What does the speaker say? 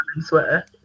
sweater